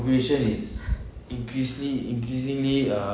population is increasingly increasingly uh